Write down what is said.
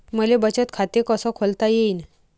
मले बचत खाते कसं खोलता येईन?